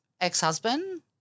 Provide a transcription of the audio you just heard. ex-husband